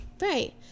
Right